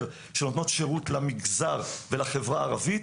שנותנות שירות למגזר ולחברה הערבית,